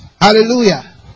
Hallelujah